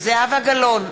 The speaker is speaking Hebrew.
זהבה גלאון,